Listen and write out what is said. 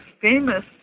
famous